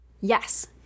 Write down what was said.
Yes